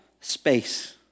space